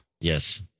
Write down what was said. Yes